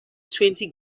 twenty